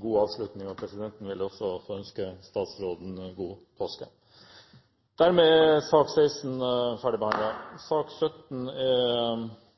god avslutning, og presidenten vil også få ønske statsråden en god påske. Dermed er debatten i sak nr. 16 avsluttet. Ingen har bedt om ordet. Da er Stortinget klar til å gå til votering. I sak